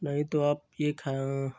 नहीं तो आप यह खाएँ